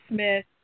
Smith